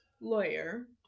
lawyer